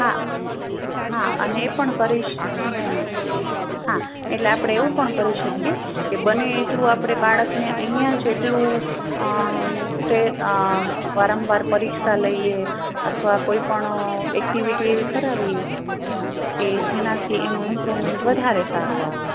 હા હા અને એ પણ કરીશ હમ હા એટલે આપણે એવું પણ કરી શકીએ કે બને એટલું આપણે બાળકને અહીંયા જેટલું તે વારંવાર પરીક્ષા લઈએ અથવા કોઈપણ એક્ટિવિટી એવી કરાવીએ કે જેનાથી એનું ઇમ્પ્રુવમેન્ટ વધારે સારું આવે